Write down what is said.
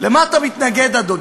למה אתה מתנגד, אדוני?